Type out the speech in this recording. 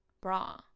Bra